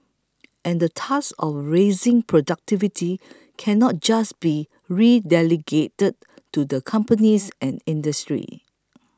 and the task of raising productivity cannot just be relegated to the companies and industry